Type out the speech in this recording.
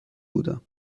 بودم